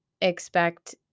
expect